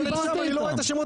אבל אני לא יודע את השמות,